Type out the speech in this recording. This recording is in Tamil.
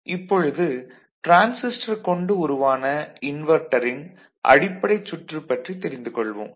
இப்பொழுது டிரான்சிஸ்டர் கொண்டு உருவான இன்வெர்ட்டரின் அடிப்படைச் சுற்று பற்றி தெரிந்து கொள்வோம்